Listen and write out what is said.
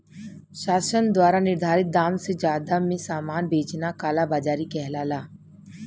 शासन द्वारा निर्धारित दाम से जादा में सामान बेचना कालाबाज़ारी कहलाला